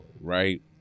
right